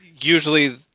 Usually